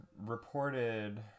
reported